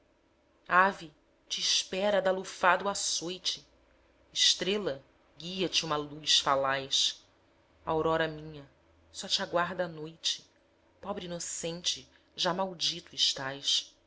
te espera da lufada o açoite estrela guia te uma luz falaz aurora minha só te aguarda a noite pobre inocente já maldito estás